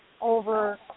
over